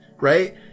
right